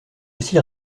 aussi